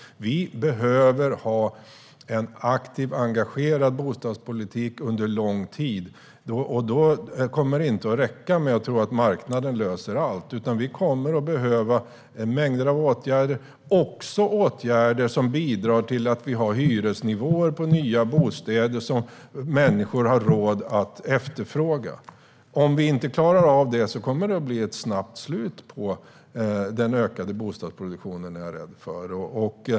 Vi behöver ha en aktiv och engagerad bostadspolitik under en lång tid. Då räcker det inte med att tro att marknaden löser allt. Det kommer att behövas mängder av åtgärder, också åtgärder som bidrar till hyresnivåer i nya bostäder som människor har råd att efterfråga. Om vi inte klarar av det är jag rädd för att det kommer att bli ett snabbt slut på den ökande bostadsproduktionen.